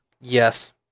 Yes